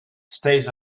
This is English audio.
stays